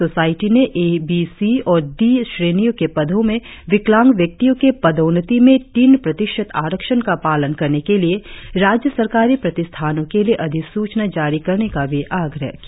society ने A B C और D श्रेणियों के पदों में विकलांग व्यक्तियों के पदोन्नति में तीन प्रतिशत आरक्षण का पालन करने के लिए राज्य सरकारी प्रतिष्ठानों के लिए अधिसूचना जारी करने का भी आग्रह किया